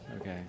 Okay